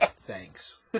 Thanks